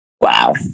Wow